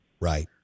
Right